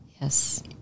Yes